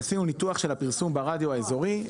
עשינו ניתוח של הפרסום ברדיו האזורי,